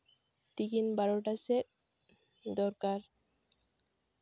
ᱛᱤᱠᱤᱱ ᱵᱟᱨᱚᱴᱟ ᱥᱮᱫ ᱫᱚᱨᱠᱟᱨ